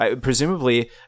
presumably